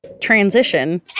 transition